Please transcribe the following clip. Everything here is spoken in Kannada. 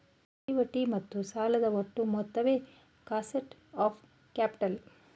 ಇಕ್ವಿಟಿ ಮತ್ತು ಸಾಲದ ಒಟ್ಟು ಮೊತ್ತವೇ ಕಾಸ್ಟ್ ಆಫ್ ಕ್ಯಾಪಿಟಲ್